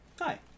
hi